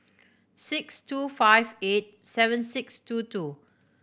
six two five eight seven six two two